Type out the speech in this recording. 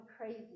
crazy